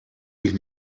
dich